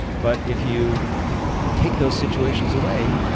but if you take those situations away,